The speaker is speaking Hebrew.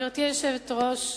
גברתי היושבת-ראש,